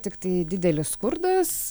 tiktai didelis skurdas